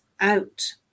out